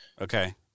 Okay